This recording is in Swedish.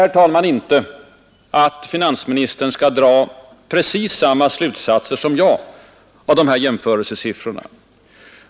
Jag begär inte att finansministern skall dra exakt samma slutsatser som jag av dessa jämförelsesiffror.